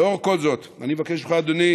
לאור כל זאת, אני מבקש ממך, אדוני